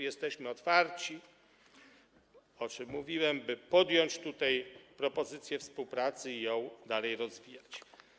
Jesteśmy otwarci, o czym mówiłem, by podjąć tutaj propozycję współpracy i dalej ją rozwijać.